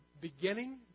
beginning